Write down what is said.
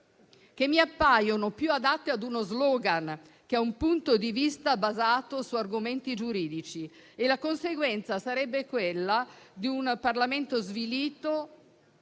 che mi appaiono più adatte a uno *slogan* che a un punto di vista basato su argomenti giuridici. La conseguenza sarebbe quella di un Parlamento svilito,